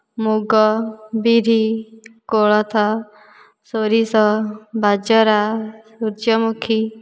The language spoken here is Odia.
ମୁଗ ବିରି କୋଳଥ ସୋରିଷ ବାଜରା ସୂର୍ଯ୍ୟମୁଖୀ